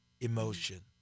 Emotion